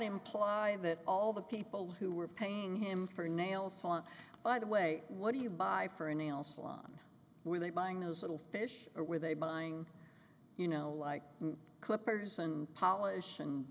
imply that all the people who were paying him for a nail salon by the way what do you buy for a nail salon where they buying those little fish or were they buying you know like clippers and polish and